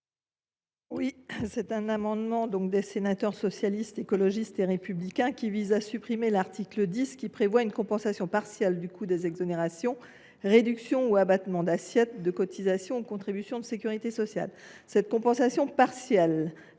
Cet amendement des sénateurs du groupe Socialiste, Écologiste et Républicain vise à supprimer l’article 10. Celui ci prévoit une compensation partielle du coût des exonérations, réductions ou abattements d’assiette de cotisations ou contributions de sécurité sociale. Cette compensation n’est